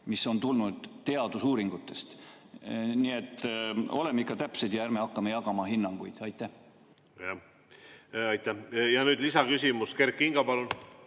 mis on tulnud teadusuuringutest. Nii et oleme ikka täpsed ja ärme hakkame jagama hinnanguid. Aitäh! Nüüd lisaküsimus. Kert Kingo, palun!